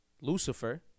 Lucifer